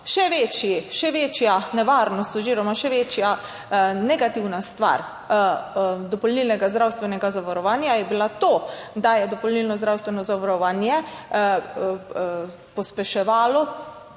Še večja nevarnost oziroma še večja negativna stvar dopolnilnega zdravstvenega zavarovanja je bila to, da je dopolnilno zdravstveno zavarovanje pospeševalo